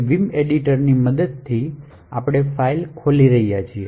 Vim ની મદદથી આપણે ફાઇલ ખોલી રહ્યા છીએ